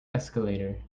escalator